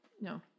no